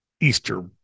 Easter